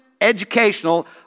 educational